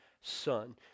son